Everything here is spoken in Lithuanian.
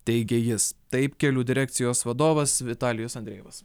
teigė jis taip kelių direkcijos vadovas vitalijus andrejevas